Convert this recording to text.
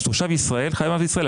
תושב ישראל חייב מס בישראל.